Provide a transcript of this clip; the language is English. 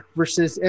versus